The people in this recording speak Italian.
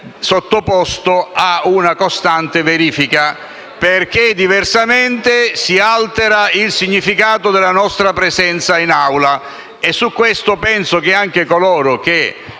sottoposto ad una costante verifica, perché diversamente si altera il significato della nostra presenza in Aula. Penso che anche coloro che